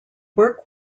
work